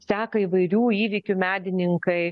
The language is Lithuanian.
seką įvairių įvykių medininkai